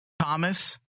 Thomas